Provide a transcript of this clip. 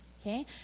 Okay